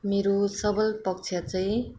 मेरो सबल पक्ष चाहिँ